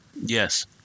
Yes